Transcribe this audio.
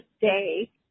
day